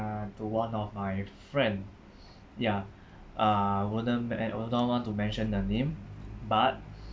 to one of my friend ya uh wouldn't men~ wouldn't want to mention the name but